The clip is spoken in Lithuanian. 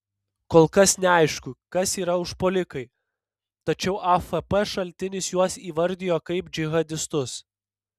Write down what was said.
kol kas neaišku kas yra užpuolikai tačiau afp šaltinis juos įvardijo kaip džihadistus